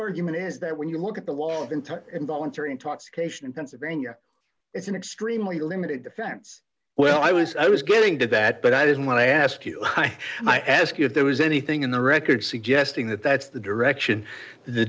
argument is that when you look at the law of entire involuntary intoxication in pennsylvania it's an extremely limited defense well i was i was getting to that but i didn't want to ask you i ask you if there was anything in the record suggesting that that's the direction the